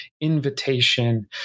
invitation